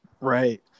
right